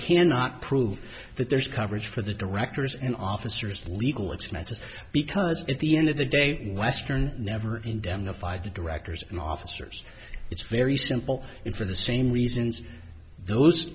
cannot prove that there's coverage for the directors and officers legal expenses because at the end of the day western never indemnified the directors and officers it's very simple it for the same reasons those